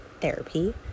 therapy